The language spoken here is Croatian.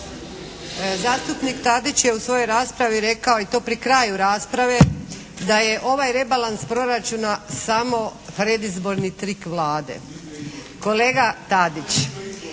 Zastupnik Tadić je u svojoj raspravi rekao i to pri kraju rasprave da je ovaj rebalans proračuna samo predizborni trik Vlade. Kolega Tadić!